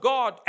God